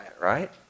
right